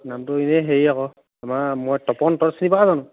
নামটো এনেই হেৰি আকৌ আমাৰ মই তপন তই চিনি পাৱ জানোঁ